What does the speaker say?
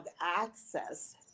access